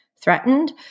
threatened